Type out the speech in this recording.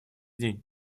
день